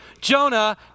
Jonah